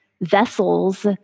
vessels